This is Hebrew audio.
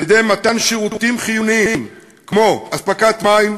על-ידי מתן שירותים חיוניים כמו אספקת מים,